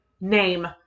name